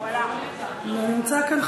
הוא לא נמצא כאן.